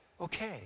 okay